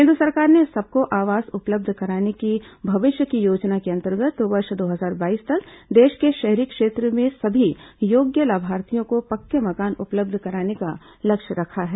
केन्द्र सरकार ने सबको आवास उपलब्ध कराने की भविष्य की योजना के अंतर्गत वर्ष दो हजार बाईस तक देश के शहरी क्षेत्रों में सभी योग्य लाभार्थियों को पक्के मकान उपलब्ध कराने का लक्ष्य रखा है